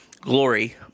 glory